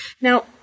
Now